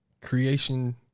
Creation